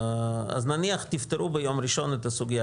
אז נניח שתפתרו ביום ראשון את הסוגיה